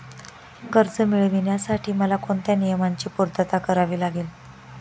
कर्ज मिळविण्यासाठी मला कोणत्या नियमांची पूर्तता करावी लागेल?